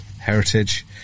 heritage